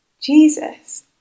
Jesus